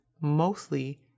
mostly